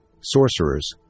sorcerers